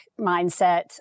mindset